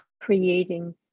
creating